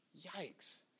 yikes